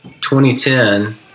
2010